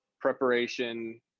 preparation